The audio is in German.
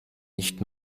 nicht